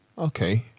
Okay